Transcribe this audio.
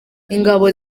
ingabo